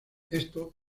esto